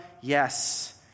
Yes